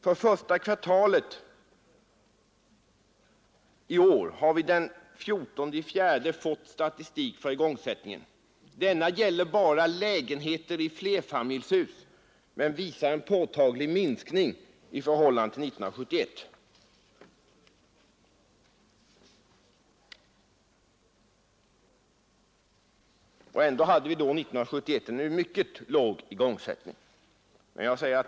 För första kvartalet i år har vi den 14 april fått statistik för igångsättningen. Tabellen visas på TV-skärmen. Denna gäller bara lägenheter i flerfamiljshus men visar en påtaglig minskning i förhållande till 1971. Ändå hade vi 1971 en mycket låg igångsättning.